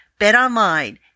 BetOnline